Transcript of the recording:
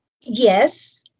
Yes